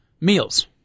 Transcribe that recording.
meals